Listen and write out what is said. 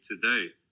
today